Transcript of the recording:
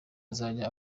azajya